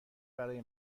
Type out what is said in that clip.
برای